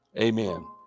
Amen